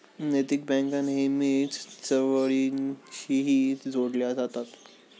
नैतिक बँका नेहमीच चळवळींशीही जोडल्या जातात